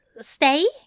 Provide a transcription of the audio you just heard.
Stay